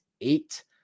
eight